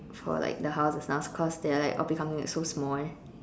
for like the house and stuff because they are like all becoming like so small